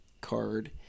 card